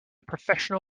professional